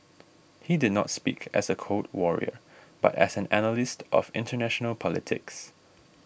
he did not speak as a Cold Warrior but as an analyst of international politics